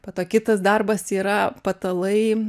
po to kitas darbas yra patalai